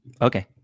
Okay